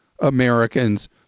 Americans